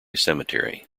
cemetery